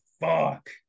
fuck